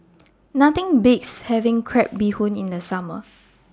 Nothing Beats having Crab Bee Hoon in The Summer